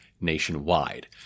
nationwide